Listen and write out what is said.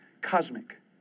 Cosmic